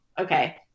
okay